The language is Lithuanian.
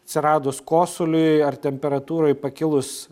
atsiradus kosuliui ar temperatūrai pakilus